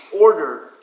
order